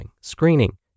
screening